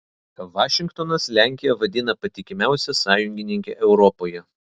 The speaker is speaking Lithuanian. vašingtonas lenkiją vadina patikimiausia sąjungininke europoje